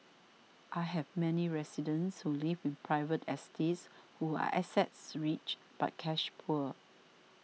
I have many residents who live in private estates who are assets rich but cash poor